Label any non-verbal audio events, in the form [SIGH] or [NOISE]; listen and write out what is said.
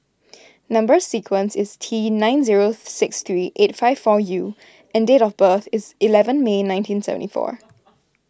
Number Sequence is T nine zero [NOISE] six three eight five four U and date of birth is eleven May nineteen seventy four